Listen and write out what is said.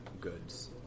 goods